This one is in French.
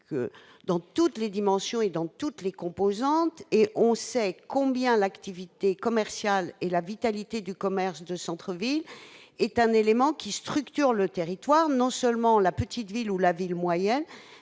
dans toutes les dimensions et dans toutes les composantes et on sait combien l'activité commerciale et la vitalité du commerce de centre ville est un élément qui structure le territoire non seulement la petite ville où la ville moyenne